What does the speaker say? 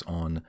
on